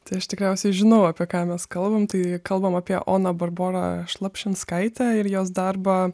tai aš tikriausiai žinau apie ką mes kalbam tai kalbam apie oną barborą šlapšinskaitę ir jos darbą